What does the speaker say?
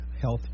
health